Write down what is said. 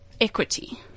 equity